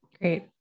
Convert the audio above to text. Great